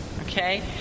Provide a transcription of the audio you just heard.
okay